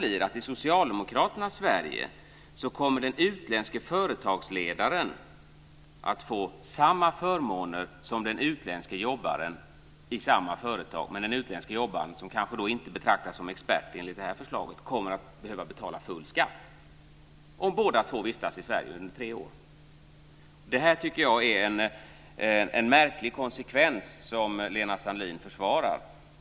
I Socialdemokraternas Sverige kommer den utländske företagsledaren att få samma förmåner som den utländske jobbaren i samma företag, men skillnaden blir att den utländske jobbaren, som kanske inte betraktas som expert enligt det här förslaget, kommer att behöva betala full skatt, om båda vistas i Sverige under tre år. Detta tycker jag är en märklig konsekvens som Lena Sandlin försvarar.